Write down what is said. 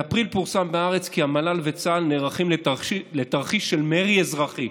באפריל פורסם בהארץ כי המל"ל וצה"ל נערכים לתרחיש של מרי אזרחי.